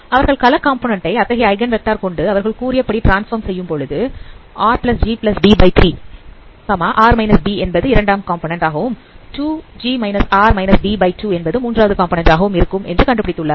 அவர்கள் colour component ஐ அத்தகைய ஐகன் வெக்டார் கொண்டு அவர்கள் கூறியபடி டிரான்ஸ்பார்ம் செய்யும்பொழுது RGB3 R B என்பது இரண்டாவது காம்போநன்ண்ட் ஆகவும் 2 என்பது மூன்றாவது காம்போநன்ண்ட் ஆகவும் இருக்கும் என்று கண்டுபிடித்துள்ளார்கள்